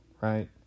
right